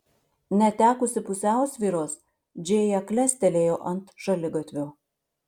netekusi pusiausvyros džėja klestelėjo ant šaligatvio